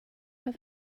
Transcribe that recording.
have